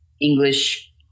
English